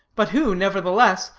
but who, nevertheless,